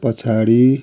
पछाडि